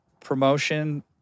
promotion